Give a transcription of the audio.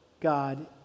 God